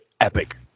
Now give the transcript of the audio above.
epic